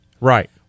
Right